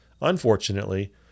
Unfortunately